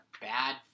bad